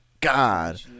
god